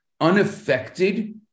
unaffected